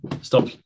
stop